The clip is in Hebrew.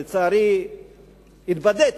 לצערי התבדיתי,